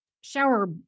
shower